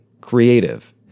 creative